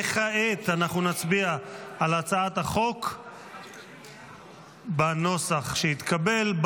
כעת אנחנו נצביע על הצעת החוק בנוסח שהתקבל,